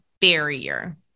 barrier